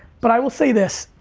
but i will say this,